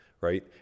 right